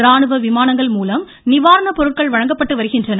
ராணுவ விமானங்கள் மூலம் நிவாரணப் பொருட்கள் வழங்கப்பட்டு வருகின்றன